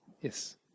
Yes